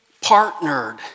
partnered